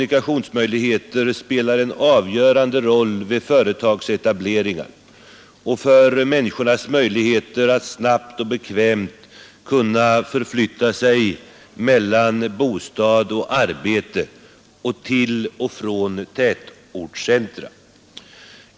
Vi vet att goda transportmöjligheter spelar en avgörande roll vid företagsetableringar och för människornas möjligheter att snabbt och bekvämt förflytta sig mellan bostad och arbete och till och från tätortscentra.